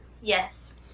Yes